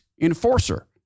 enforcer